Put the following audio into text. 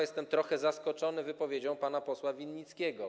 Jestem trochę zaskoczony wypowiedzią pana posła Winnickiego.